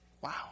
Wow